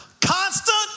constant